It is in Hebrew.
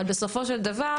אבל בסופו של דבר,